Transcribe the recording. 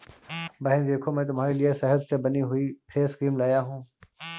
बहन देखो मैं तुम्हारे लिए शहद से बनी हुई फेस क्रीम लाया हूं